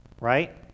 right